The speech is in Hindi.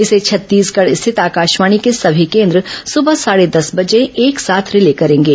इसे छत्तीसगढ़ रिथित आकाशवाणी के सभी केन्द्र सुबह साढ़े दस बजे एक साथ रिले करेंगे